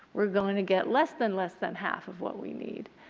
we are going to get less than less than half of what we need.